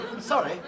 Sorry